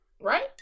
Right